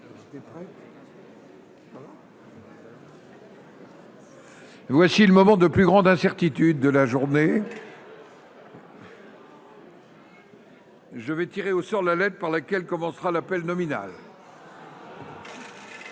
Voici le moment de plus grande incertitude de la journée. Je vais tirer au sort la lettre par laquelle commencera l'appel nominal.